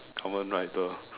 common rider